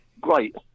great